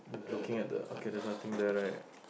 looking at the okay there's nothing there right